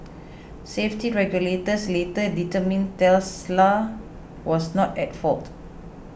safety regulators later determined Tesla was not at fault